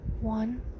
one